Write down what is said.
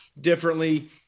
differently